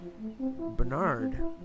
Bernard